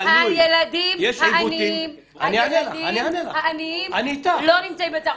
הילדים העניים לא נמצאים בצהרון.